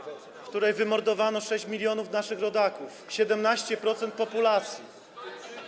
w której wymordowano 6 mln naszych rodaków, 17% populacji.